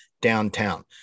downtown